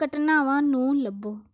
ਘਟਨਾਵਾਂ ਨੂੰ ਲੱਭੋ